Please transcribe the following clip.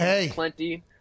plenty